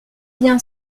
bien